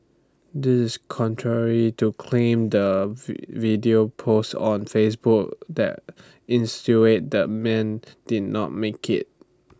this is contrary to claim the video posted on Facebook that insinuated the man did not make IT